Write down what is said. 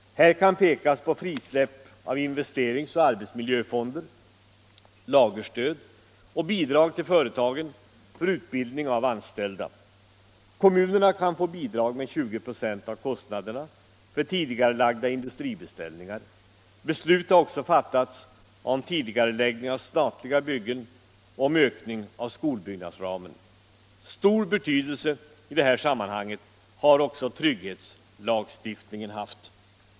Här kan pekas på frisläpp av investeringsoch arbetsmiljöfonder, lagerstöd och bidrag till företagen för utbildning av anställda. Kommunerna kan få bidrag med 20 96 av kostnaderna för tidigarelagda industribeställningar. Beslut har också fattats om tidigareläggning av statliga byggen och om ökning av skolbyggnadsramen. Stor betydelse i detta sammanhang har också trygghetslagstiftningen haft.